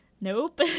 nope